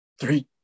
three